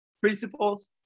principles